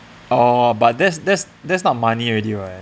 oh but that's that's that's not money already [what]